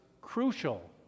crucial